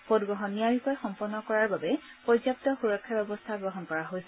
ভোটগ্ৰহণ নিয়াৰিকৈ সম্পন্ন কৰাৰ বাবে পৰ্যাপু সুৰক্ষা ব্যৰস্থা গ্ৰহণ কৰা হৈছে